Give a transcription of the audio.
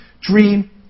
dream